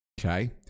Okay